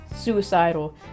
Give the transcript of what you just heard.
suicidal